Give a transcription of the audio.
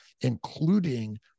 including